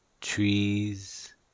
trees